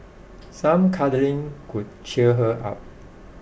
some cuddling could cheer her up